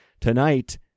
Tonight